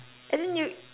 as in you